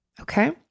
Okay